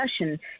discussion